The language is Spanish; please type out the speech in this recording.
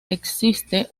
existe